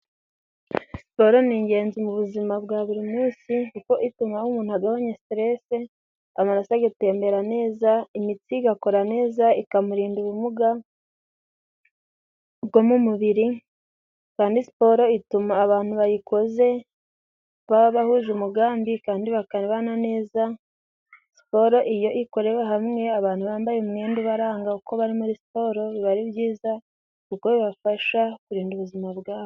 Siporo ni ingenzi mu buzima bwa buri musi, kuko ituma umuntu agabanya siterese, amaraso agatembera neza, imitsi igakora neza, ikamurinda ubumuga bwo mu mubiri. Kandi siporo ituma abantu bayikoze baba bahuje umugambi, kandi bakabana neza. Siporo, iyo ikorewe hamwe, abantu bambaye umwenda ubaranga uko bari muri siporo, biba ari byiza, kuko bibafasha kurinda ubuzima bwabo.